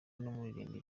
n’umuririmbyi